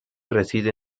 reside